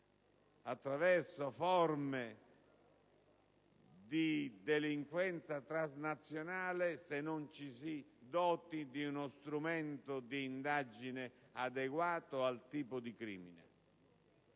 attraverso forme di delinquenza transnazionale, se non ci si dota di uno strumento di indagine adeguato al tipo di crimine.